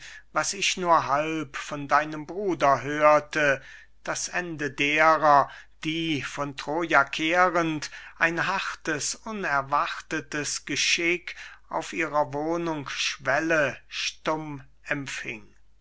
was ich nur halb von deinem bruder hörte das ende derer die von troja kehrend ein hartes unerwartetes geschick auf ihrer wohnung schwelle stumm empfing